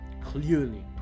clearly